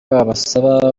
babasaba